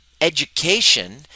education